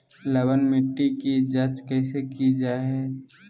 लवन मिट्टी की जच कैसे की जय है?